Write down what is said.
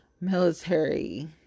military